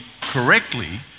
correctly